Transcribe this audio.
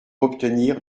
obtenir